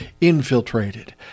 infiltrated